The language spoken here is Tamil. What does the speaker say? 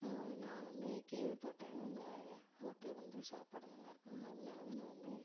ஆமாங்க நான் வந்து கேள்விப்பட்டேன் உங்கள் ஹோட்டல் வந்து சாப்பாடு நல்லா இருக்கும்னு அதனால தான் நான் வந்து